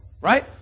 Right